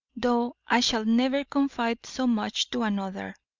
though i shall never confide so much to another,